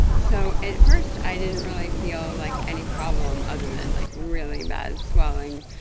so at first i didn't really feel like any problem other than like really bad swelling.